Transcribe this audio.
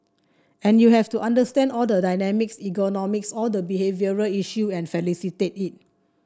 and you have to understand all the dynamics ergonomics all the behavioural issue and facilitate it